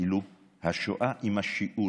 כאילו השואה עם השיעול.